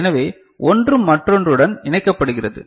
எனவே ஒன்று மற்றொன்றுடன் இணைக்கப்படுகிறது